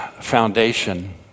foundation